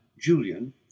Julian